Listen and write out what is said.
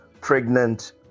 Pregnant